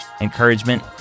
encouragement